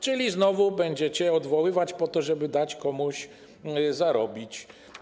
Czyli znowu będziecie odwoływać po to, żeby dać komuś zarobić.